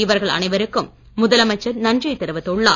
இவர்கள் அனைவருக்கும் முதலமைச்சர் நன்றியை தெரிவித்துள்ளார்